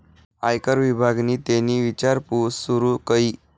आयकर विभागनि तेनी ईचारपूस सूरू कई